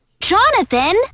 Jonathan